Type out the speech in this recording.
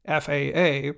FAA